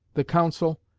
the council,